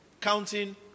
counting